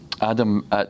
Adam